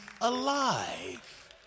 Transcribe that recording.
alive